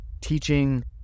teaching